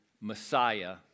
Messiah